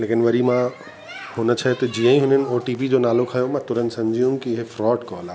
लेकिन वरी मां हुन शइ के जीअं ई हुननि ओटीपी जो नालो खयों मां तुरंत सम्झी वियुमि की हीअ फ्रॉड कॉल आहे